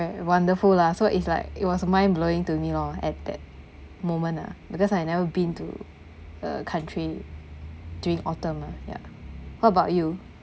very wonderful lah so it's like it was mind blowing to me loh at that moment ah because I never been to a country during autumn ah ya how about you